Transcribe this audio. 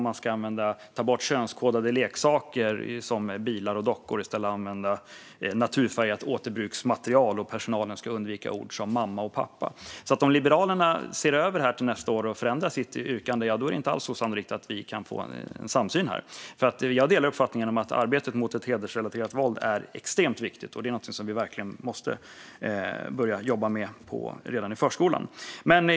Man ska ta bort könskodade leksaker som bilar och dockor och i stället använda naturfärgat återbruksmaterial, och personalen ska undvika ord som "mamma" och "pappa". Om Liberalerna ser över det här till nästa år och förändrar sitt yrkande är det inte alls osannolikt att vi kan få en samsyn här. Jag delar uppfattningen att arbetet mot hedersrelaterat våld är extremt viktigt och någonting som vi verkligen måste börja jobba med redan i förskolan.